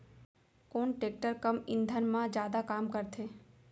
कोन टेकटर कम ईंधन मा जादा काम करथे?